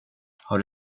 har